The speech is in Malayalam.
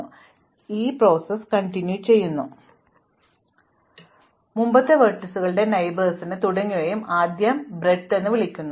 ഞങ്ങൾക്ക് ഒരു പുതിയ ശീർഷകം കണ്ടെത്താൻ കഴിയില്ല തുടർന്ന് നിങ്ങൾ തിരിച്ചുപോയി പര്യവേക്ഷണം ചെയ്യുക മുമ്പത്തെ വെർട്ടീസുകളുടെ മറ്റ് അയൽക്കാർ തുടങ്ങിയവയും ഇതിനെ ആദ്യം വീതി എന്ന് വിളിക്കുന്നു